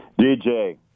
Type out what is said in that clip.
DJ